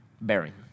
bearing